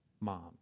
moms